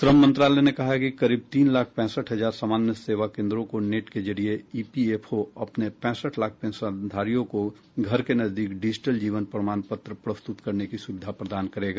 श्रम मंत्रालय ने कहा है कि करीब तीन लाख पैंसठ हजार समान्य सेवा केंद्रों को नेट के जरिए ईपीएफओ अपने पैंसठ लाख पेंशनधारियों को घर के नजदीक डिजिटल जीवन प्रमाण पत्र प्रस्तुत करने की सुविधा प्रदान करेगा